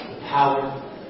power